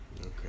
Okay